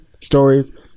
stories